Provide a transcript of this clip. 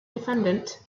defendant